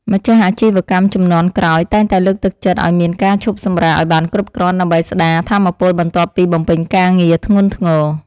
ម្ចាស់អាជីវកម្មជំនាន់ក្រោយតែងតែលើកទឹកចិត្តឱ្យមានការឈប់សម្រាកឱ្យបានគ្រប់គ្រាន់ដើម្បីស្តារថាមពលបន្ទាប់ពីបំពេញការងារធ្ងន់ធ្ងរ។